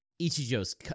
Ichijo's